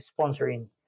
sponsoring